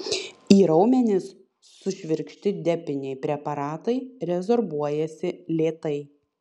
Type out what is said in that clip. į raumenis sušvirkšti depiniai preparatai rezorbuojasi lėtai